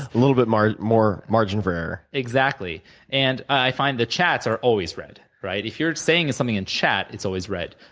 a little bit more margin for error. exactly and i find the chats are always read, right? if you're saying something in chat, it's always read.